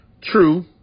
True